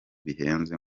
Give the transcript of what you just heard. bihenze